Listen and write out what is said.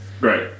Right